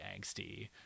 angsty